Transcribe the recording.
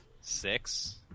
Six